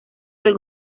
del